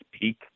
Peak